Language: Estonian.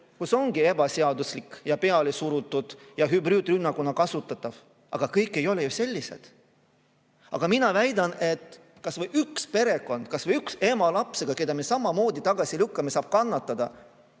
kus ongi ebaseaduslik ja pealesurutud ja hübriidrünnakuna kasutatav piiriületus. Aga kõik ei ole ju sellised. Aga mina väidan, et kui kas või üks perekond, kas või üks ema lapsega, kelle me samamoodi tagasi lükkame, saab kannatada,